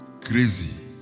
crazy